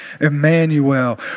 Emmanuel